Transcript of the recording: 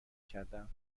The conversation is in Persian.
کردهام